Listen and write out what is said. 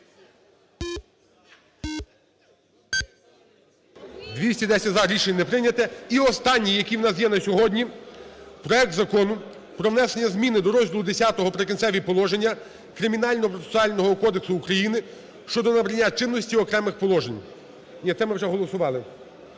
За-210 Рішення не прийнято. І останнє, яке у нас є на сьогодні. Проект Закону про внесення зміни до розгляду Х "Прикінцеві положення" Кримінально-процесуального кодексу України щодо набрання чинностей в окремих положеннях. Ні, це ми вже голосували.